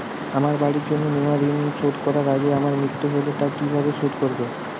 আমার বাড়ির জন্য নেওয়া ঋণ শোধ করার আগে আমার মৃত্যু হলে তা কে কিভাবে শোধ করবে?